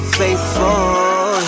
faithful